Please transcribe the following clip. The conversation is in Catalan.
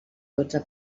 dotze